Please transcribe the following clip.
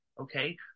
okay